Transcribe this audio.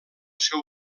seu